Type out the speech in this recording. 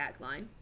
tagline